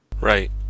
right